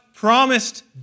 Promised